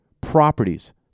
Properties